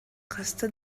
хаста